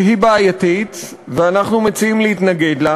שהיא בעייתית ואנחנו מציעים להתנגד לה,